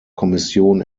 kommission